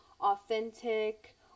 authentic